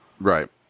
right